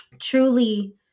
truly